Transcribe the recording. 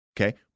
Okay